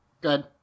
Good